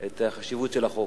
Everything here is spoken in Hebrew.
את החשיבות של החוק.